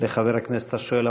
לחבר הכנסת השואל.